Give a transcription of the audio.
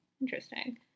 Interesting